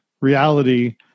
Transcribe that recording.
reality